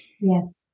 yes